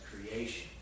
creation